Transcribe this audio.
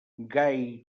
gai